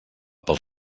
pel